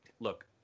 Look